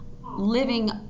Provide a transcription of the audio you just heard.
living